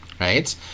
Right